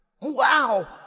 Wow